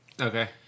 Okay